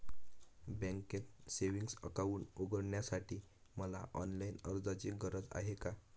बँकेत savings account उघडण्यासाठी मला ऑनलाईन अर्जाची गरज आहे का?